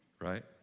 Right